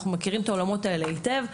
אנחנו מכירים את העולמות האלה היטב,